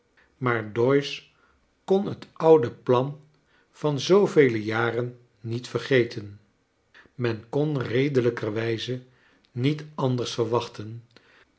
maar doyce kon het oude plan van zoo vele jaren niet vergeten men kon redelijkerwijze niet anders verwachten